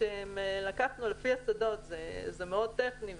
לקחנו לפי השדות זה מאוד טכני,